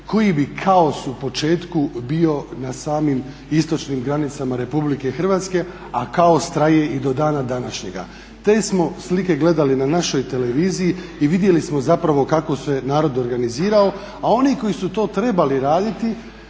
koji bi kaos u početku bio na samim istočnim granicama RH a kaos traje i do dana današnjeg. Te smo slike gledali na našoj televiziji i vidjeli smo zapravo kako se narod organizirao. A oni koji su to trebali raditi